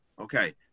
okay